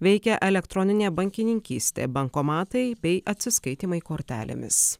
veikia elektroninė bankininkystė bankomatai bei atsiskaitymai kortelėmis